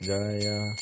Jaya